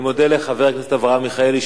אני מודה לחבר הכנסת אברהם מיכאלי,